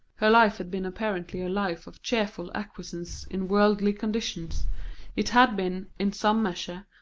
her life had been apparently a life of cheerful acquiescence in worldly conditions it had been, in some measure,